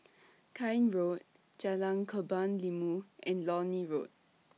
Keene Road Jalan Kebun Limau and Lornie Road